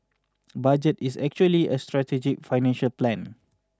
budget is actually a strategy financial plan